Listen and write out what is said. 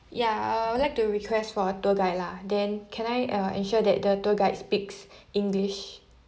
ya uh I would like to request for a tour guide lah then can I uh ensure that the tour guide speaks english